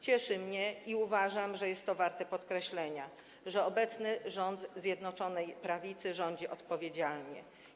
Cieszy mnie - i uważam, że jest to warte podkreślenia - że obecny rząd Zjednoczonej Prawicy rządzi odpowiedzialnie.